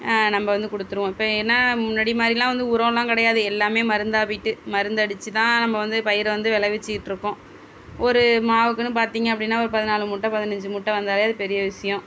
நம்ம வந்து கொடுத்துருவோம் இப்போ என்ன முன்னாடி மாதிரிலாம் வந்து உரம்லாம் கிடையாது எல்லாமே மருந்தாக போய்ட்டு மருந்தடிச்சு தான் நம்ம வந்து பயிரை வந்து விள வெச்சுயிட்ருக்கோம் ஒரு மாவுக்கெனு பார்த்திங்க அப்படின்னா ஒரு பதினாலு மூட்டை பதினைஞ்சி மூட்டை வந்தாலே அது பெரிய விஷயம்